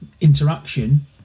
interaction